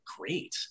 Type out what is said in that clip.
great